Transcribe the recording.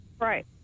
Right